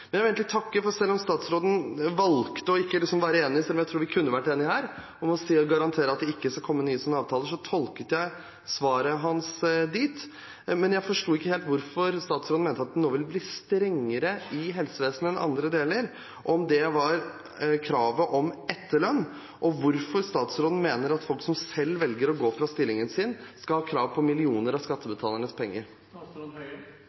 Men jeg vil egentlig takke, for selv om statsråden valgte ikke å garantere at det ikke skal komme nye sånne avtaler, selv om jeg tror vi kunne vært enige her, tolket jeg svaret hans dit hen. Men jeg forsto ikke helt hvorfor statsråden mente at det nå ville bli strengere i helsevesenet enn i andre deler av staten – om det var kravet om etterlønn – og hvorfor statsråden mener at folk som selv velger å gå fra stillingen sin, skal ha krav på millioner av